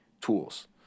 tools